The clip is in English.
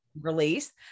release